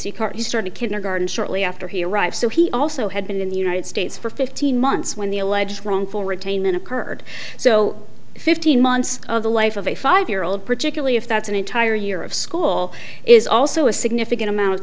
states he started kindergarten shortly after he arrived so he also had been in the united states for fifteen months when the alleged wrongful retain occurred so fifteen months of the life of a five year old particularly if that's an entire year of school is also a significant amount of